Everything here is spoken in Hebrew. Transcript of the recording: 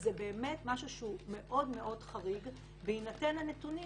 זה באמת משהו מאוד חריג בהינתן הנתונים